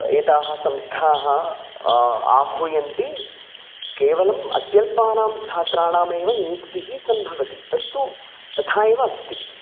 एताः संस्थाः आह्वयन्ति केवलम् अत्यल्पानां छात्राणामेव नियुक्तिः सम्भवति तत्तु तथा एव अस्ति